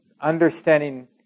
understanding